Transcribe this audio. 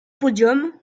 podium